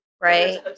right